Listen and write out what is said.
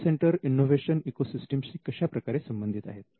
I P centre innovation ecosystem शी कशा प्रकारे संबंधित आहे